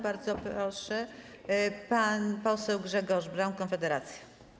Bardzo proszę, pan poseł Grzegorz Braun, Konfederacja.